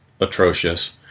atrocious